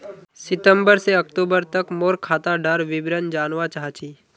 सितंबर से अक्टूबर तक मोर खाता डार विवरण जानवा चाहची?